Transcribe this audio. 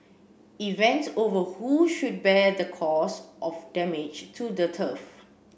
event over who should bear the cost of damage to the turf